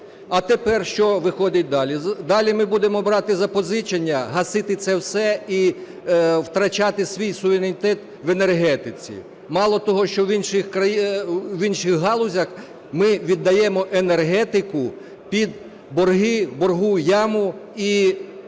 А тепер, що виходить далі? Далі ми будемо брати запозичення, гасити це все і втрачати свій суверенітет в енергетиці. Мало того, що в інших галузях ми віддаємо енергетику під борги, боргову яму і під